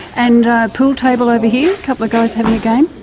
and a pool table over here, a couple of guys having a game.